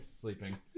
Sleeping